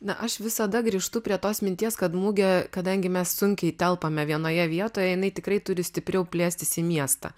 na aš visada grįžtu prie tos minties kad mugė kadangi mes sunkiai telpame vienoje vietoje jinai tikrai turi stipriau plėstis į miestą